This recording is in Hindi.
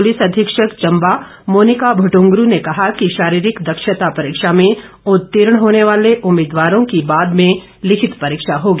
पुलिस अधीक्षक चंबा मोनिका भुटुंगुरू ने कहा कि शारीरिक दक्षता परीक्षा में उतीर्ण होने वाले उम्मीदवारों की बाद में लिखित परीक्षा होगी